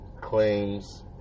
claims